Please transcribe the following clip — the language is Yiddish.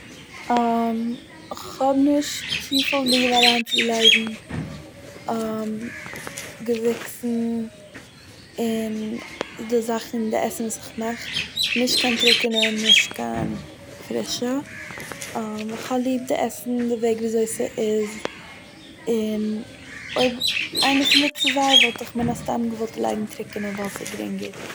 כ'האב נישט צופיל ליב אריינצולייגן געוויקסן אין די זאכן די עסן וואס איך מאך, נישט קיין טרוקענע נישט קיין פרישע, כ'האב ליב די עסן די וועג ווי אזוי ס'איז, און אויב איינע פון די צוויי וואלט איך מן הסתם געוואלט לייגן טרוקענע ווייל ס'איז גרינגער.